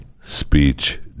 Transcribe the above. speech